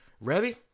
Ready